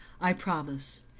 i promise.